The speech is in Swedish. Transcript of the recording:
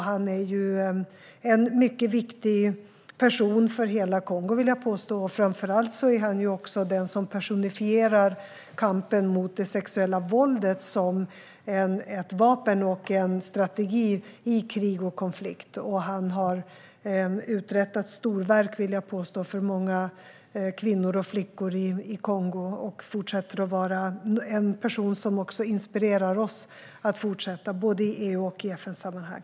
Han är en mycket viktig person för hela Kongo, och framför allt är han den som personifierar kampen mot det sexuella våldet som ett vapen och en strategi i krig och konflikt. Han har uträttat storverk för många kvinnor och flickor i Kongo, och han fortsätter att vara en person som inspirerar oss att fortsätta i både EU och FN-sammanhang.